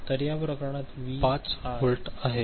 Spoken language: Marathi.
तर या प्रकरणात व्ही आय वजा 5 वोल्ट ते अधिक 5 व्होल्ट आहे